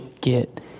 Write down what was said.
get